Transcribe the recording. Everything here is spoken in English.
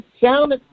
Sound